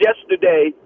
yesterday